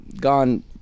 gone